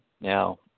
Now